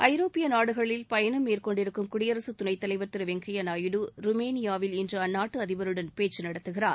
ஐரோப்பிய நாடுகளில் பயணம் மேற்கொண்டிருக்கும் குடியரசு துணைத்தலைவர் திரு எம் வெங்கையா நாயுடு ருமேனியாவில் இன்று அந்நாட்டு அதிபருடன் பேச்சு நடத்துகிறார்